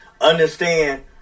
understand